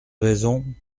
raison